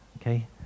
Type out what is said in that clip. Okay